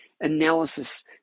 analysis